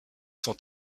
sont